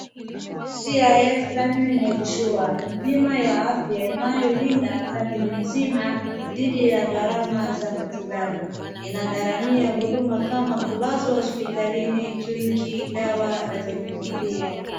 cis family medisure ni bima ya afya inayolinda familia nzima dhidi ya gharama za matibabu. Ina gharamia huduma kama kulazwa hospitalini kliniki dawa na vipimo pia.